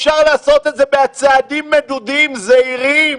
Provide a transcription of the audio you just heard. אפשר לעשות את זה בצעדים מדודים, זהירים.